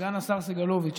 סגן השר סגלוביץ',